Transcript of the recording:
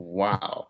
wow